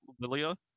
Lilia